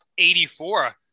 84